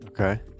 Okay